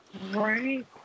Right